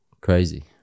crazy